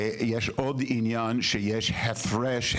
יש עוד עניין שיש הפרש,